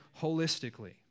holistically